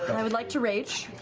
i would like to rage.